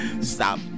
stop